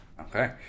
Okay